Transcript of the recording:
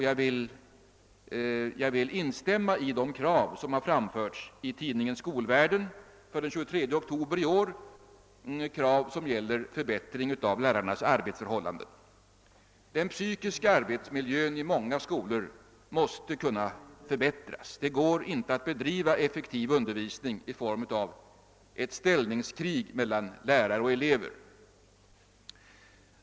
Jag vill instämma i de krav som har framförts i tidningen Skolvärlden den 23 oktober i år, krav som gäller förbättring av lärarnas arbetsförhållanden. Den psykiska arbetsmiljön i många skolor måste kunna förbättras. Det går inte att bedriva effektiv undervisning i form av ett ställningskrig mellan lärare och elever.